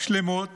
שלמות